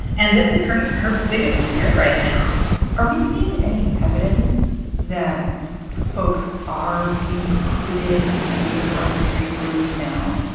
and this is her her biggest fear right now are we seeing any evidence that folks are being recruited into these more extreme groups now?